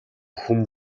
хүн